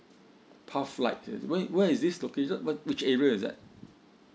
pathlight where where is this located what which area is that